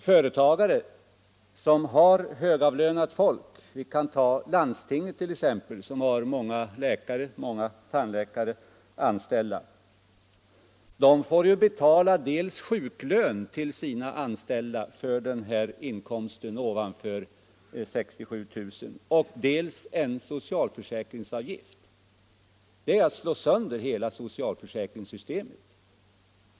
Företagare som har högavlönat folk —t.ex. landstinget som har många läkare och tandläkare anställda — får ju på så sätt till sina anställda betala dels sjuklön för denna inkomst ovanför 67 500 kr., dels socialförsäkringsavgift. Detta är att slå sönder hela socialförsäkringssystemet.